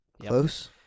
Close